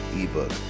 ebook